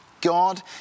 God